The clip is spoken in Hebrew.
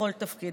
לכל תפקיד.